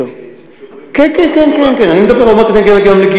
האם מגייסים שוטרים מתוך הפזורה?